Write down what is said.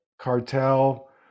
cartel